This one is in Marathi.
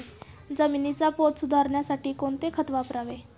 जमिनीचा पोत सुधारण्यासाठी कोणते खत वापरावे?